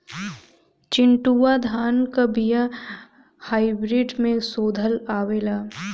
चिन्टूवा धान क बिया हाइब्रिड में शोधल आवेला?